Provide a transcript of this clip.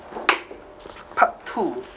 part two